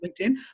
linkedin